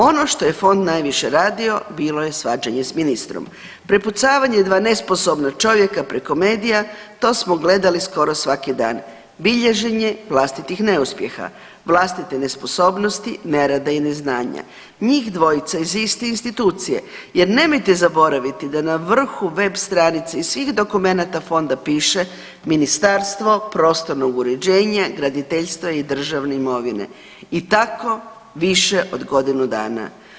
Ono što je fond najviše radio bilo je svađanje s ministrom, prepucavanje dva nesposobna čovjeka preko medija to smo gledali skoro svaki dan, bilježenje vlastitih neuspjeha, vlastite nesposobnosti, nerada i neznanja, njih dvojica iz iste institucije jer nemojte zaboraviti da na vrhu web stranice i svih dokumenata fonda piše Ministarstvo prostornog uređenja, graditeljstva i državne imovine i tako više od godinu dana.